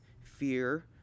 fear